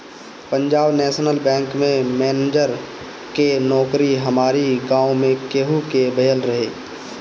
Punjab national bank में manager के नोकरी हमारी गांव में केहू के भयल रहे